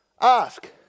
ask